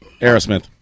Aerosmith